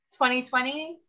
2020